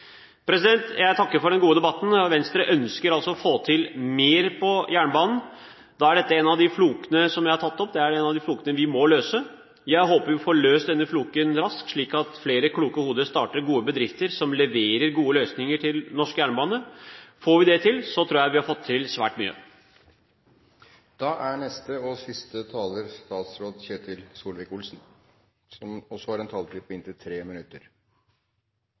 veiene. Jeg takker for den gode debatten. Venstre ønsker å få til mer på jernbanen, og da er denne floken som jeg nå har tatt opp, en av flokene vi må løse. Jeg håper vi får løst denne floken raskt, slik at flere kloke hoder starter gode bedrifter, som leverer gode løsninger til norsk jernbane. Dersom vi får til det, tror jeg vi har fått til svært mye. Jeg takker interpellanten nok en gang, og jeg takker Stortinget for en god debatt. Det er viktig å fokusere på jernbanen og vedlikehold fordi det er en del av den store satsingen som